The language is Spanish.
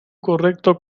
correcto